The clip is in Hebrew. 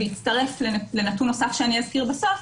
בהצטרף לנתון נוסף שאזכיר בסוף,